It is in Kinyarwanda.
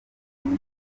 imana